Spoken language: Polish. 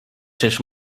czyż